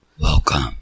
Welcome